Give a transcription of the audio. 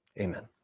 Amen